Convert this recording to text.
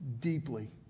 deeply